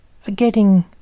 Forgetting